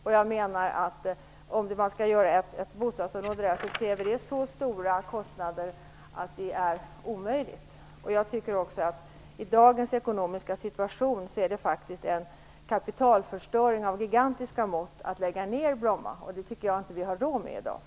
Om man skall bygga bostäder där kräver det så stora kostnader att det är omöjligt. I dagens ekonomiska situation är det en kapitalförstöring av gigantiska mått att lägga ner Bromma. Det har vi inte råd med i dag.